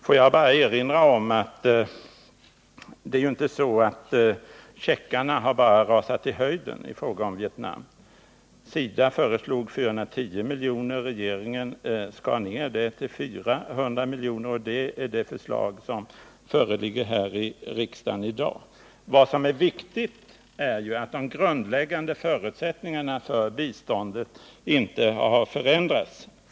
Låt mig också erinra om att det ju inte är så att checkarna bara har rusat i höjden i fråga om Vietnam. SIDA föreslog 410 miljoner. Regeringen skar ner beloppet till 400 miljoner, och det är detta förslag som föreligger här i riksdagen i dag. Det viktiga är emellertid att de grundläggande förutsättningarna för biståndet inte har förändrats.